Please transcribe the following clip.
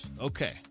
Okay